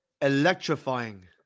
electrifying